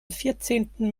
vierzehnten